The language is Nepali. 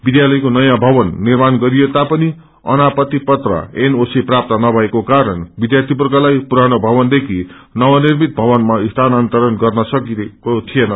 विध्यालयको नयाँ भवन निर्माण गरिएतापनि अनापत्ती पत्र प्राप्त नभएको कारण विध्यार्थीवर्गलाई पुरानो भवनदेखि नवनिर्मित भवनमा स्थानान्तरण गर्न सकिएको थिएन